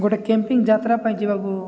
ଗୋଟେ କ୍ୟାମ୍ପିଂ ଯାତ୍ରା ପାଇଁ ଯିବାକୁ